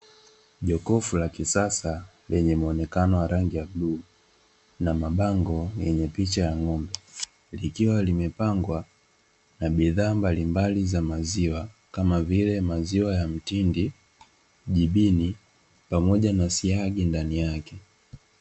Jokofu la kisasa, lenye muonekano wa rangi ya bluu na mabango yenye picha ya ngombe, likiwa limepangwa na bidhaa mbalimbali za maziwa, kama vile; maziwa ya mtindi, jibini pamoja na siagi ndani yake.